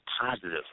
positive